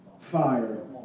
fire